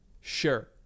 sure